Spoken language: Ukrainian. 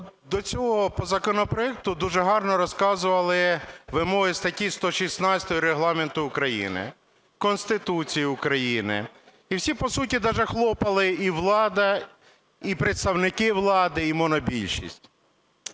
до цього по законопроекту дуже гарно розказували вимоги статті 116 Регламенту України, Конституції України. І всі, по суті, даже хлопали, і влада, і представники влади, і монобільшість.